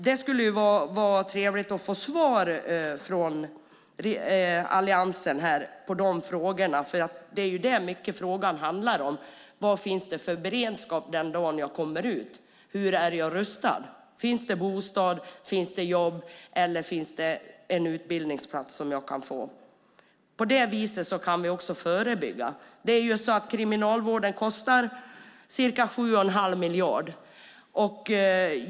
Det skulle vara trevligt att få svar från Alliansen på dessa frågor, för det är mycket det här som frågan handlar om. Vad finns det för beredskap den dag man kommer ut? Hur är man rustad? Finns det bostad? Finns det jobb? Finns det en utbildningsplats som jag kan få? På det viset kan vi också förebygga. Kriminalvården kostar ca 7 1⁄2 miljard.